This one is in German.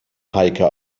heike